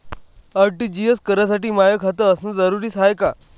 RTGS करासाठी माय खात असनं जरुरीच हाय का?